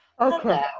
okay